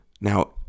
Now